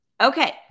Okay